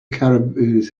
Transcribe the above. caribous